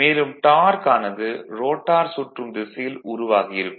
மேலும் டார்க் ஆனது ரோட்டார் சுற்றும் திசையில் உருவாகி இருக்கும்